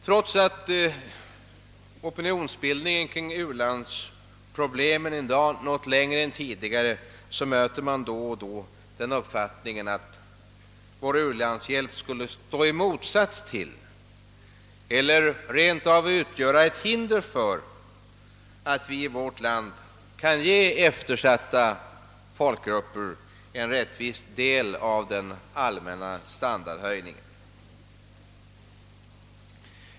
Trots att opinionsbildningen rörande u-landsproblemen i dag nått längre än tidigare möter man då och då den uppfattningen att vår u-landshjälp skulle motverka eller rent av utgöra ett hinder för vår förmåga att inom vårt eget land ge eftersatta folkgrupper en rättvis del av den allmänna standardhöjningen.